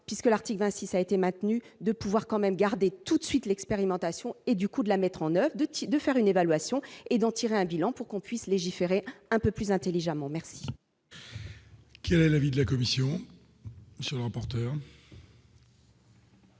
puisque l'Artic 6 ça été maintenu de pouvoir quand même garder tout de suite l'expérimentation et du coût de la mettre en oeuvre de type de faire une évaluation et d'en tirer un bilan pour qu'on puisse légiférer un peu plus intelligemment merci. Quel est l'avis de la commission sur l'emportera.